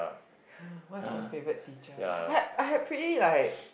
ya what's my favorite teacher I I have pretty like